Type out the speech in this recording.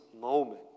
moment